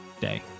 day